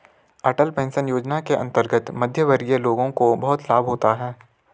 अटल pension Yojana के अंतर्गत मध्यमवर्गीय लोगों को बहुत लाभ होता है